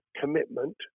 commitment